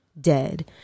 dead